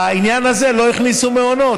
בעניין הזה לא הכניסו מעונות.